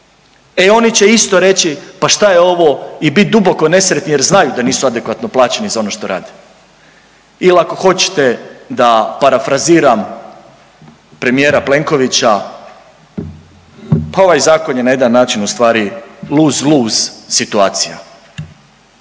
e oni će isto reći pa šta je ovo i bit duboko nesretni jer znaju da nisu adekvatno plaćeni za ono što rade. Ili ako hoćete da parafraziram premijera Plenkovića pa ovaj zakon je na jedan način u stvari luz-luz situacija.